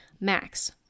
Max